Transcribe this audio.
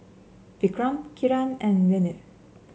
Vikram Kiran and Renu